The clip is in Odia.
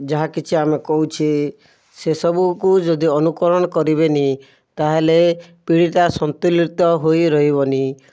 ଯାହା କିଛି ଆମେ କହୁଛେ ସେ ସବୁକୁ ଯଦି ଅନୁକରଣ କରିବେନି ତାହାହେଲେ ପିଢ଼ିଟା ସନ୍ତୁଲିତ ହୋଇରହିବନି